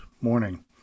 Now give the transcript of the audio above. morning